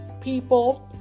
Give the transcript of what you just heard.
people